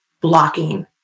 blocking